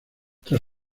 tras